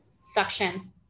suction